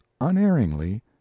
unerringly